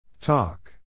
Talk